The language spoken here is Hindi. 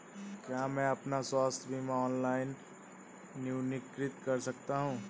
क्या मैं अपना स्वास्थ्य बीमा ऑनलाइन नवीनीकृत कर सकता हूँ?